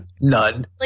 None